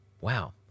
Wow